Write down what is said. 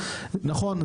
נכון,